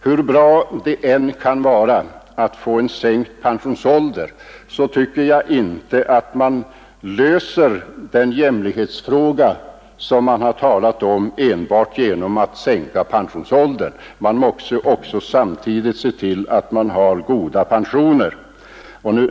Hur bra det än kan vara att få en sänkt pensionsålder, tycker jag inte att man åstadkommer den jämlikhet man talar om enbart genom att sänka pensionsåldern; man måste samtidigt se till att pensionerna blir goda.